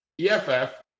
EFF